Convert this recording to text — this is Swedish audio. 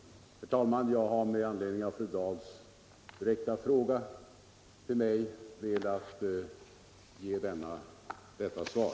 Herr talman! Jag har, som sagt, med anledning av fru Dahls direkta fråga till mig velat ge detta svar.